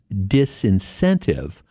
disincentive